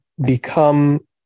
become